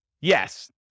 Yes